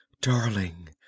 darling